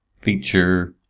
feature